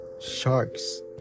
Sharks